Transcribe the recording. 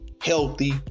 healthy